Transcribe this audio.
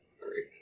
Great